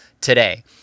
today